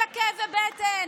אין לה כאבי בטן.